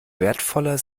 wertvoller